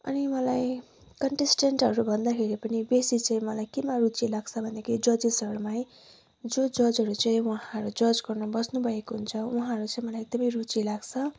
अनि मलाई कन्टेस्टेन्टहरू भन्दाखेरि पनि बेसी चाहिँ मलाई केमा रुचि लाग्छ भन्दाखेरि जजेसहरूमा है जो जजहरू चाहिँ उहाँहरू जज गर्नु बस्नुभएको हुन्छ उहाँहरू चाहिँ मलाई एकदमै रुचि लाग्छ